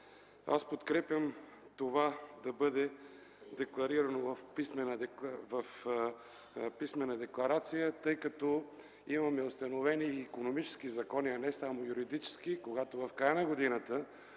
подкрепям това да бъде декларирано в писмена декларация, тъй като има установени икономически, а не само юридически закони. Когато в края на годината